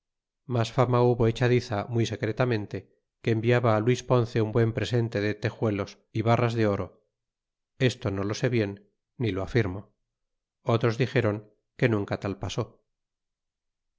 mas fama hubo echadiza muy secretamente que enviaba luis ponce un buen presente de texuelos y barras de oro esto no lo sé bien ni lo afirmo otros dixéron que nunca tal pasó